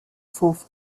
fourth